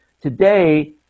today